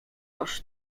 toż